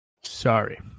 Sorry